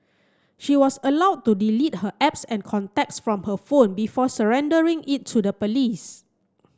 she was allowed to delete her apps and contacts from her phone before surrendering it to the police